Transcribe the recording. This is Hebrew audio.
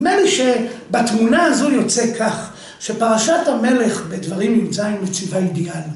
נדמה לי שבתמונה הזו יוצא כך, שפרשת המלך בדברים י"ז מציבה אידיאל.